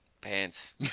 pants